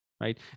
right